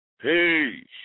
Peace